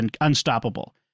unstoppable